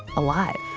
alive